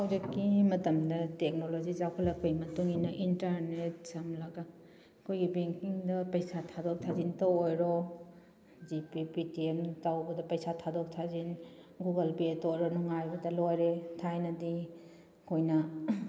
ꯍꯧꯖꯤꯛꯀꯤ ꯃꯇꯝꯗ ꯇꯦꯛꯅꯣꯂꯣꯖꯤ ꯆꯥꯎꯈꯠꯂꯛꯄꯒꯤ ꯃꯇꯨꯡ ꯏꯟꯅ ꯏꯟꯇ꯭ꯔꯅꯦꯠ ꯁꯝꯂꯒ ꯑꯩꯈꯣꯏꯒꯤ ꯕꯦꯡꯀꯤꯡꯗ ꯄꯩꯁꯥ ꯊꯥꯗꯣꯛ ꯊꯥꯖꯤꯟ ꯇꯧꯕ ꯑꯣꯏꯔꯣ G pay Paytm ꯇꯧꯕꯗ ꯄꯩꯁꯥ ꯊꯥꯗꯣꯛ ꯊꯥꯖꯤꯟ ꯒꯨꯒꯜ ꯄꯦꯗ ꯑꯣꯏꯔꯣ ꯅꯨꯡꯉꯥꯏꯕꯗ ꯂꯣꯏꯔꯦ ꯊꯥꯏꯅꯗꯤ ꯑꯩꯈꯣꯏꯅ